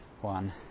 one